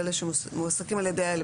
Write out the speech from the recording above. ואלה שמועסקים על ידי אלה.